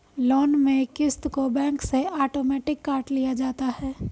loan में क़िस्त को बैंक से आटोमेटिक काट लिया जाता है